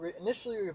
initially